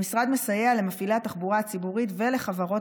המשרד מסייע למפעילי התחבורה הציבורית ולחברות